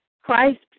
Christ